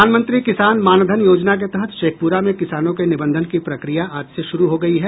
प्रधानमंत्री किसान मानधन योजना के तहत शेखपुरा में किसानो के निबंधन की प्रक्रिया आज से शुरू हो गई है